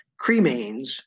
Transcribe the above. cremains